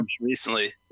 recently